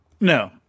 No